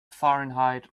fahrenheit